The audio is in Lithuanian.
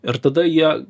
ir tada jie